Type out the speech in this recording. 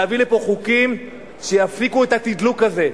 להביא לפה חוקים שיפסיקו את התדלוק הזה,